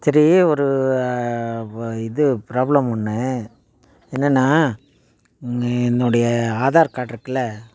சரி ஒரு வ இது ப்ராப்ளம் ஒன்று என்னென்னா என்னுடைய ஆதார் கார்ட்ருக்குல்ல